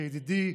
שידידי,